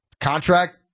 Contract